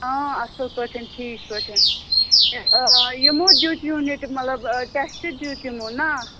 اصل پٲٹھۍ ٹھیٖک پٲٹھۍ یمو دیُت یوٗنِٹ مطلب ٹیٚسٹ دیُت یمو نا